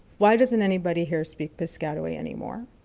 why doesn't anybody here speak piscataway anymore?